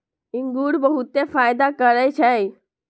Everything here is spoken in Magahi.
इंगूर बहुते फायदा करै छइ